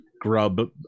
grub